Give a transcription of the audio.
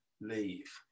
leave